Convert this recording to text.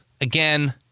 Again